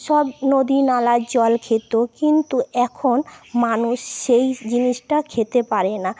সব নদী নালার জল খেত কিন্তু এখন মানুষ সেই জিনিসটা খেতে পারে না